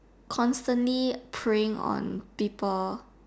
constantly preying on people